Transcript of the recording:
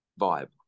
vibe